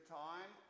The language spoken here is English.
time